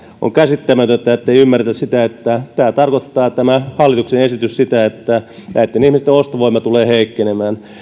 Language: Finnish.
on käsittämätöntä ettei ymmärretä että tämä hallituksen esitys tarkoittaa sitä että näitten ihmisten ostovoima tulee heikkenemään